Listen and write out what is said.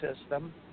system